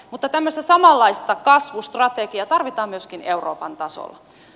mutta tämmöistä samanlaista kasvustrategiaa tarvitaan myöskin euroopan tasolla